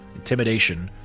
intimidation,